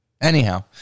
Anyhow